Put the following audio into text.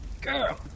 Girl